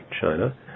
China